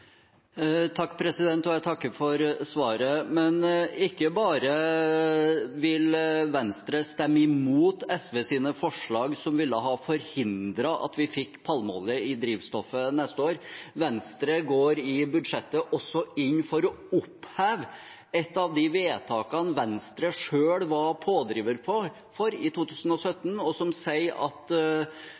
Jeg takker for svaret. Ikke bare vil Venstre stemme imot SVs forslag som ville forhindret at vi fikk palmeolje i drivstoffet neste år, Venstre går i budsjettet også inn for å oppheve et av de vedtakene Venstre selv var pådriver for i 2017, og som sier at